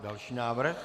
Další návrh.